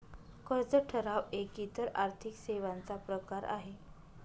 कर्ज ठराव एक इतर आर्थिक सेवांचा प्रकार आहे